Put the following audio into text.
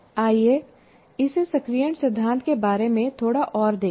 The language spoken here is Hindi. आइए इसे सक्रियण सिद्धांत के बारे में थोड़ा और देखें